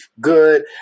good